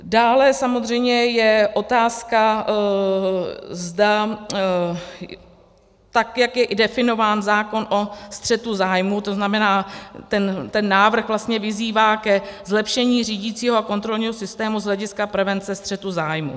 Dále samozřejmě je otázka, zda tak jak je definován zákon o střetu zájmů, to znamená, ten návrh vlastně vyzývá ke zlepšení řídicího a kontrolního systému z hlediska prevence střetu zájmů.